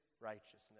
righteousness